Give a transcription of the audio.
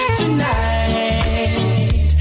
tonight